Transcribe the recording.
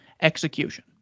execution